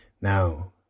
now